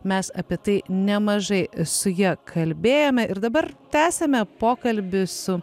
mes apie tai nemažai su ja kalbėjome ir dabar tęsiame pokalbį su